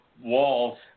walls